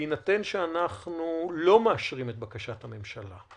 בהינתן שאנחנו לא מאשרים את בקשת הממשלה,